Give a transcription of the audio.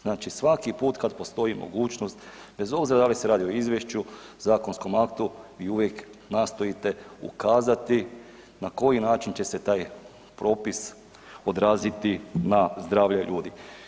Znači svaki put kad postoji mogućnost bez obzira da li se radi o izvješću, zakonskom aktu vi uvijek nastojite ukazati na koji način će se taj propis odraziti na zdravlje ljudi.